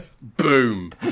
boom